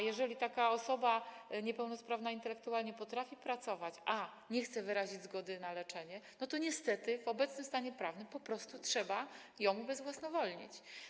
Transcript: Jeżeli osoba niepełnosprawna intelektualnie potrafi pracować, ale nie chce wyrazić zgody na leczenie, to niestety w obecnym stanie prawnym po prostu trzeba ją ubezwłasnowolnić.